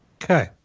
Okay